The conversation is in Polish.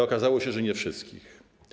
Okazało się, że nie wszystkich.